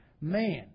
Man